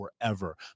forever